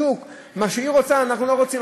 מה שהיא רוצה, אנחנו לא רוצים.